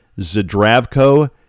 Zdravko